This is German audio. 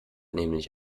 nämlich